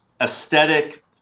aesthetic